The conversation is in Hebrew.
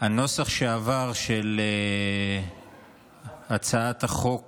הנוסח שעבר, של הצעת החוק